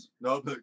No